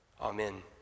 Amen